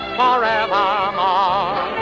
forevermore